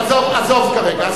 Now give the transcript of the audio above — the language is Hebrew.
עזוב, עזוב אותו כרגע.